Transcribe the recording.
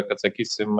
kad sakysim